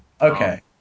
Okay